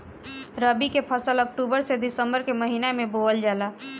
रबी के फसल अक्टूबर से दिसंबर के महिना में बोअल जाला